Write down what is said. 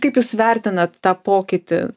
kaip jūs vertinat tą pokytį